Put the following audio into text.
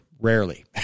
rarely